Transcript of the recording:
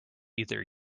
either